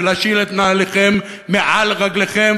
ולהשיל את נעליכם מעל רגליכם,